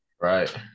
right